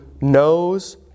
knows